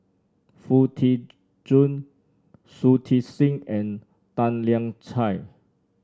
Foo Tee Jun Shui Tit Sing and Tan Lian Chye